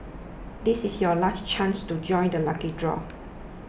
this is your last chance to join the lucky draw